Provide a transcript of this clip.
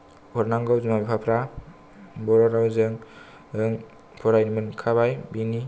हरनांगौ बिमा बिफाफ्रा बर' रावजों फरायनो मोनखाबाय बिनि